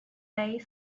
may